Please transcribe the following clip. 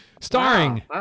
Starring